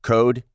Code